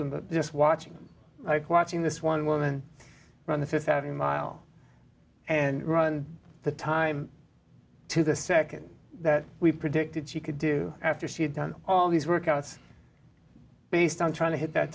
them but just watching like watching this one woman run the th avenue mile and run the time to the nd that we predicted she could do after she had done all these workouts based on trying to hit that